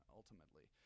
ultimately